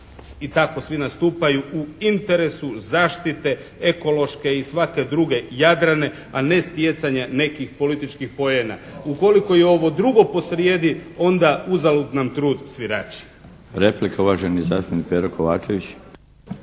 i tako svi nastupaju u interesu zaštite ekološke i svake druge Jadrana a ne stjecanje nekih političkih poena. Ukoliko je ovo drugo po srijedi onda uzalud nam trud svirači. **Milinović, Darko